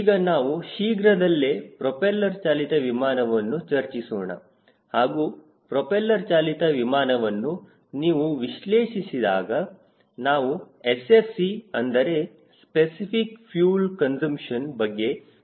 ಈಗ ನಾವು ಶೀಘ್ರದಲ್ಲೇ ಪ್ರೊಪೆಲ್ಲರ್ ಚಾಲಿತ ವಿಮಾನವನ್ನು ಚರ್ಚಿಸೋಣ ಹಾಗೂ ಪ್ರೋಪೆಲ್ಲರ್ ಚಾಲಿತ ವಿಮಾನವನ್ನು ನೀವು ವಿಶ್ಲೇಷಿಸಿದಾಗ ನಾವು SFC ಅಂದರೆ ಸ್ಪೆಸಿಫಿಕ್ ಫ್ಯೂಲ್ ಕನ್ಸುಂಪ್ಷನ್ ಬಗ್ಗೆ ಮಾತನಾಡುತ್ತೇವೆ